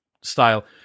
style